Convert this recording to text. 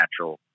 natural